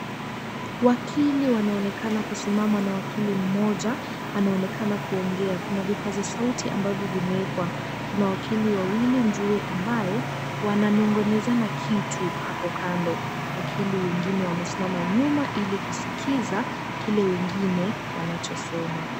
Wakili wanaonekana kusimama, na wakili mmoja anaonekana akiongea. Kuna vipaza sauti ambavyo vimewekwa. Kuna wakili wawili, Njue, ambaye wananong'onezana kitu hapo kando. Wakili wengine wamesimama nyuma ili kuskiza kile wengine wanachosema.